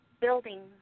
building